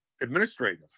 administrative